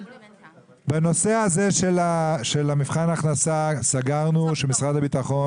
בנושא הזה של מבחן ההכנסה סגרנו שמשרד הביטחון